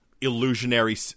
illusionary